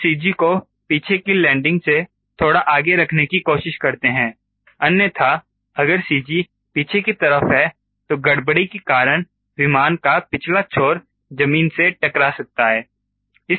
हम CG को पीछे की लैंडिंग से थोड़ा आगे रखने की कोशिश करते हैं अन्यथा अगर CG पीछे की तरफ है तो गड़बड़ी के कारण विमान का पिछला छोर जमीन से टकरा सकता है